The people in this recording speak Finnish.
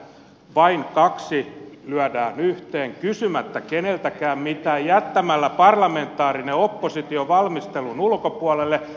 vain kaksi lyödään yhteen kysymättä keneltäkään mitään jättämällä parlamentaarinen oppositio valmistelun ulkopuolelle